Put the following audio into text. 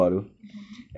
mmhmm